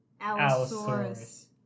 Allosaurus